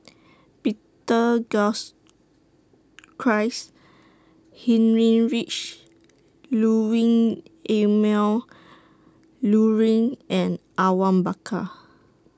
Peter Heinrich Ludwing Emil Luering and Awang Bakar